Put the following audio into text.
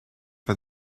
for